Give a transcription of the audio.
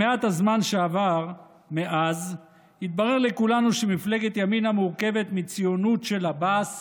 במעט הזמן שעבר מאז התברר לכולנו שמפלגת ימינה מורכבת מציונות של עבאס